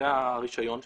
זה הרישיון שלה.